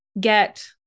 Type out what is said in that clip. get